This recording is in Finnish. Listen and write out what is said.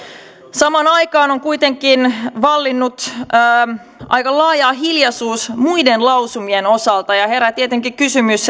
samaan aikaan on kuitenkin vallinnut aika laaja hiljaisuus muiden lausumien osalta ja herää tietenkin kysymys